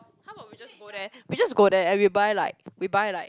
how about we just go there we just go there and we buy like we buy like